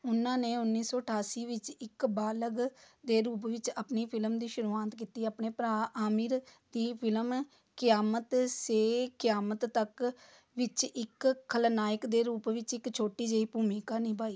ਉਹਨਾਂ ਨੇ ਉੱਨੀ ਸੌ ਅਠਾਸੀ ਵਿੱਚ ਇੱਕ ਬਾਲਗ ਦੇ ਰੂਪ ਵਿੱਚ ਆਪਣੀ ਫ਼ਿਲਮ ਦੀ ਸ਼ੁਰੂਆਤ ਕੀਤੀ ਆਪਣੇ ਭਰਾ ਆਮਿਰ ਦੀ ਫ਼ਿਲਮ ਕਿਆਮਤ ਸੇ ਕਿਆਮਤ ਤੱਕ ਵਿੱਚ ਇੱਕ ਖਲਨਾਇਕ ਦੇ ਰੂਪ ਵਿੱਚ ਇੱਕ ਛੋਟੀ ਜਿਹੀ ਭੂਮਿਕਾ ਨਿਭਾਈ